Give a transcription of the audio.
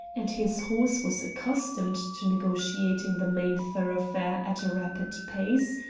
and his horse was accustomed to negotiating the main thoroughfare at a rapid pace,